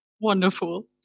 Wonderful